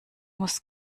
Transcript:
muss